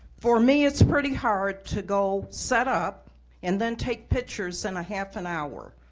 for me, it's pretty hard to go set up and then take pictures in a half an hour,